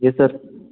yes sir